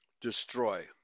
destroy